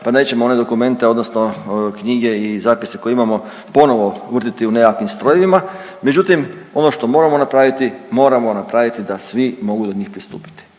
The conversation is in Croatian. pa nećemo one dokumente odnosno knjige i zapise koje imamo ponovno vrtiti u nekakvim strojevima međutim ono što moramo napraviti, moramo napraviti da svi mogu do njih pristupiti